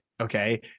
Okay